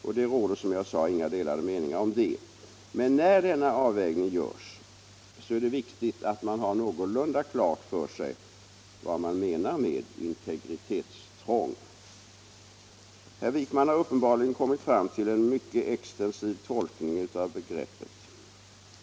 Det råder, som jag sade, inga delade meningar om det. Men när denna avvägning görs är det viktigt att man har någorlunda klart för sig vad man menar med integritetsintrång. Herr Wijkman har uppenbarligen kommit fram till en mycket extensiv tolkning av begreppet.